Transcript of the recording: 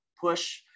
push